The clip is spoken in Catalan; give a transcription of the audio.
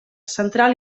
central